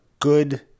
good